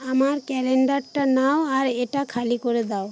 আমার ক্যালেন্ডারটা নাও আর এটা খালি করে দাও